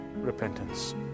repentance